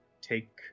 take